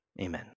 Amen